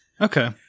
Okay